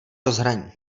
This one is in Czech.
rozhraní